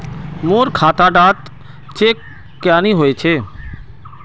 मोर खाता डा चेक क्यानी होचए?